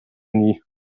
nie